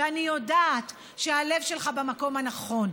ואני יודעת שהלב שלך במקום הנכון.